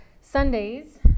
Sundays